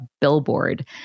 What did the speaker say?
billboard